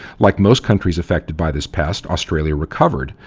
like most countries affected by this pest, australia recovered,